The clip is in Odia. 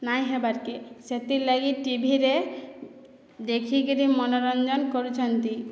ନାହିଁ ହେବାର କେ ସେଥିରଲାଗି ଟିଭିରେ ଦେଖିକିରି ମନୋରଞ୍ଜନ କରୁଛନ୍ତି